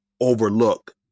overlook